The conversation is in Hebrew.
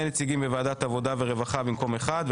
נציגים בוועדת העבודה והרווחה במקום אחד,